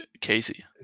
Casey